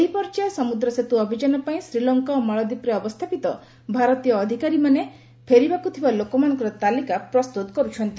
ଏହି ପର୍ଯ୍ୟାୟ ସମ୍ବଦ୍ର ସେତ୍ର ଅଭିଯାନ ପାଇଁ ଶ୍ରୀଲଙ୍କା ଓ ମାଳଦ୍ୱୀପ୍ରେ ଅବସ୍ଥାପିତ ଭାରତୀୟ ଅଧିକାରୀମାନେ ଫେରିବାକୁ ଥିବା ଲୋକମାନଙ୍କର ତାଲିକା ପ୍ରସ୍ତୁତ କରୁଛନ୍ତି